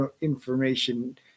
information